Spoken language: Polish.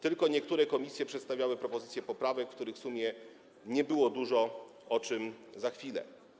Tylko niektóre komisje przedstawiły propozycje poprawek, których w sumie nie było dużo, o czym za chwilę.